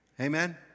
Amen